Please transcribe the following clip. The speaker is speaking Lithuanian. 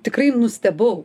tikrai nustebau